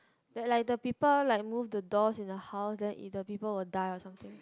that like the people like move the doors in the house and then if the people will die or something